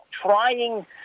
trying